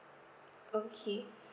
okay